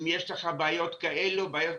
אם יש לך בעיות כאלה או אחרות.